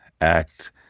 Act